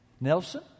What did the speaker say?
Nelson